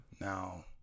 Now